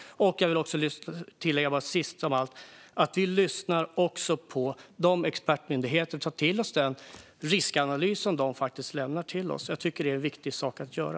Sist av allt vill jag tillägga att vi lyssnar på expertmyndigheterna och tar till oss de riskanalyser som de lämnar till oss. Jag tycker att det är en viktig sak att göra.